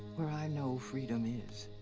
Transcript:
where i know freedom is.